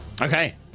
Okay